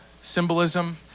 symbolism